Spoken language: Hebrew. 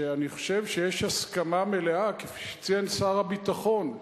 שאני חושב שיש הסכמה מלאה, כפי שציין שר הביטחון,